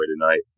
tonight